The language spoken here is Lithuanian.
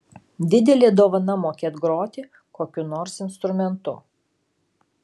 didelė dovana mokėt groti kokiu nors instrumentu